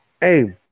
Hey